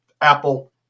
apple